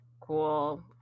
Cool